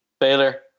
Baylor